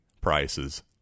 prices